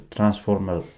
Transformer